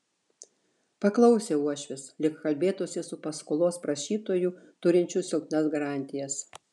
paklausė uošvis lyg kalbėtųsi su paskolos prašytoju turinčiu silpnas garantijas